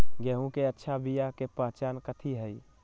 गेंहू के अच्छा बिया के पहचान कथि हई?